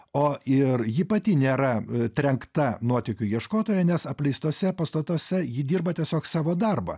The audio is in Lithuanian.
o ir ji pati nėra trenkta nuotykių ieškotoja nes apleistuose pastatuose ji dirba tiesiog savo darbą